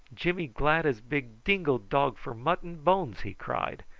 jimmy glad as big dingo dog for mutton bones! he cried.